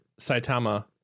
Saitama